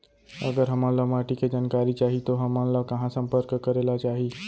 अगर हमन ला माटी के जानकारी चाही तो हमन ला कहाँ संपर्क करे ला चाही?